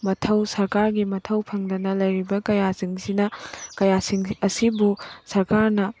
ꯃꯊꯧ ꯁꯔꯀꯥꯔꯒꯤ ꯃꯊꯧ ꯐꯪꯗꯅ ꯂꯩꯔꯤꯕ ꯀꯌꯥꯁꯤꯡꯁꯤꯅ ꯀꯌꯥꯁꯤꯡ ꯑꯁꯤꯕꯨ ꯁꯔꯀꯥꯔꯅ